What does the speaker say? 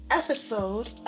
episode